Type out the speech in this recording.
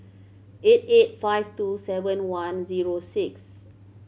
eight eight five two seven one zero six